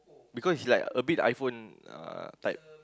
because it's like a bit iPhone uh type